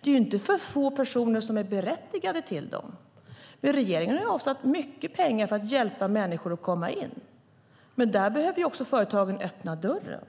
Det är inte för få personer som är berättigade till dem. Regeringen har avsatt mycket pengar för att hjälpa människor att komma in, men företagen behöver också öppna dörren.